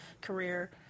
career